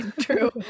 True